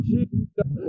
Jesus